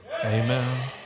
Amen